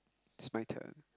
it's my turn